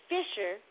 Fisher